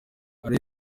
hari